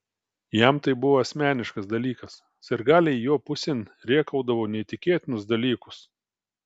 jam tai buvo asmeniškas dalykas sirgaliai jo pusėn rėkaudavo neįtikėtinus dalykus